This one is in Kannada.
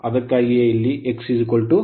ಅದಕ್ಕಾಗಿಯೇ ಇಲ್ಲಿ x 1